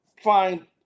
find